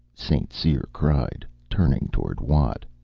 st. cyr cried, turning toward watt.